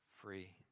free